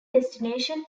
destination